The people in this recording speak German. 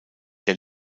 der